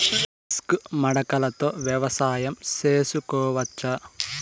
Disc మడకలతో వ్యవసాయం చేసుకోవచ్చా??